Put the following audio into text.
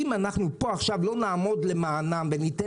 אם אנחנו לא נעמוד פה עכשיו למענם וניתן